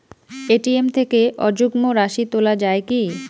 ATM থেকে অযুগ্ম রাশি তোলা য়ায় কি?